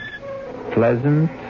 pleasant